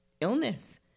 illness